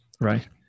Right